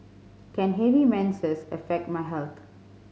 can heavy menses affect my health